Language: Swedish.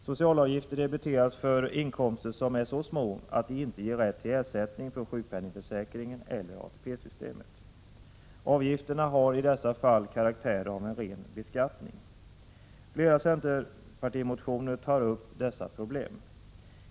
Socialavgifter debiteras för inkomster som är så små att de inte ger rätt till ersättning från sjukpenningförsäkringen eller ATP-systemet. Avgifterna har i dessa fall karaktären av ren beskattning. Flera centerpartimotioner tar upp dessa problem.